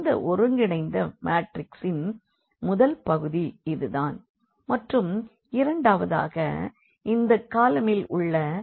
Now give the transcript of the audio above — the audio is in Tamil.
இந்த ஒருங்கிணைந்த மாற்றிக்ஸின் முதல் பகுதி இது தான் மற்றும் இரண்டாவதாக இந்த காலமில் உள்ள b